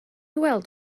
weld